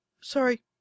Sorry